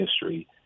history